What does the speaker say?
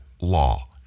law